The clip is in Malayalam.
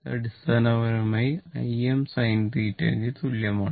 ഇത് അടിസ്ഥാനപരമായി Im sinθ ന് തുല്യമാണ്